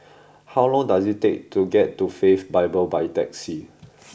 how long does it take to get to Faith Bible by taxi